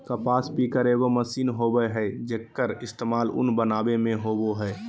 कपास पिकर एगो मशीन होबय हइ, जेक्कर इस्तेमाल उन बनावे में होबा हइ